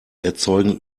erzeugen